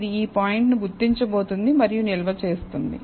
ఇది ఈ పాయింట్ ను గుర్తించబోతోంది మరియు నిల్వ చేస్తుంది